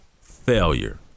failure